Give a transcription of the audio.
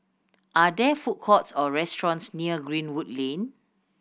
are there food courts or restaurants near Greenwood Lane